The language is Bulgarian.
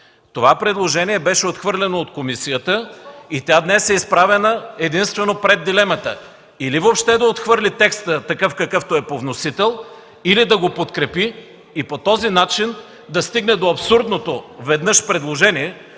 Това предложение беше отхвърлено от комисията и тя днес е изправена единствено пред дилемата – или въобще да отхвърли текста такъв, какъвто е по вносител, или да го подкрепи и по този начин да стигне до абсурдното веднъж предложение,